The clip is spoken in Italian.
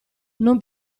non